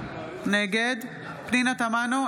נגד פנינה תמנו,